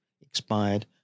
expired